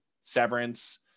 Severance